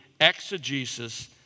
exegesis